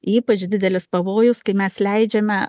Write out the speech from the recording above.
ypač didelis pavojus kai mes leidžiame